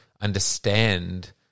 understand